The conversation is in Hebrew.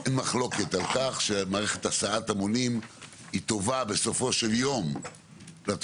שאין מחלוקת על כך שמערכת הסעת המונים היא טובה בסופו של יום לתושבים,